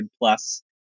plus